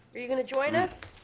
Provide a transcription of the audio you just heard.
are you gonna join us?